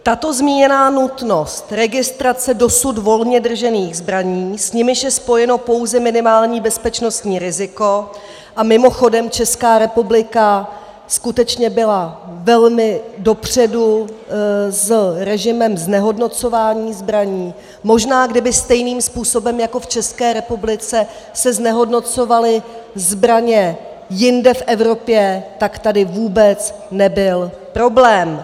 Tato zmíněná nutnost registrace dosud volně držených zbraní, s nimiž je spojeno pouze minimální bezpečnostní riziko a mimochodem, Česká republika skutečně byla velmi dopředu s režimem znehodnocování zbraní možná, kdyby se stejným způsobem jako v České republice znehodnocovaly zbraně jinde v Evropě, tak tady vůbec nebyl problém.